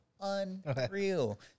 unreal